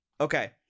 okay